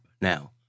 now